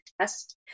test